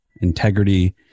integrity